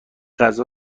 غذا